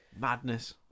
Madness